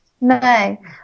No